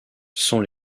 sont